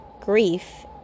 grief